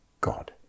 God